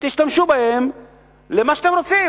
תשתמשו בהם למה שאתם רוצים,